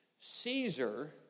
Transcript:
Caesar